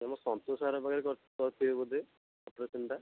ଆମ ସନ୍ତୋଷ ସାର୍ଙ୍କ ପାଖରେ କରିଥିବେ ବୋଧେ ଅପରେସନ୍ଟା